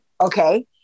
Okay